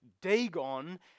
Dagon